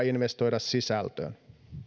investoida sisältöön